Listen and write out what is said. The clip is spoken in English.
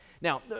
Now